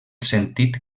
sentit